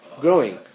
growing